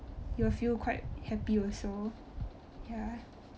you will feel quite happy also ya